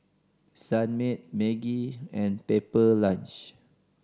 Sunmaid Maggi and Pepper Lunch